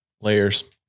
Layers